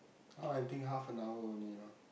now I think half an hour only you know